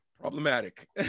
Problematic